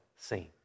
seen